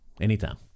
anytime